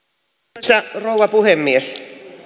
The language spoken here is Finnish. arvoisa rouva puhemies